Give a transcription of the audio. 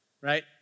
right